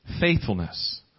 Faithfulness